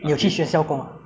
你有去学校工吗